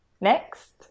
Next